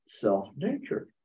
self-nature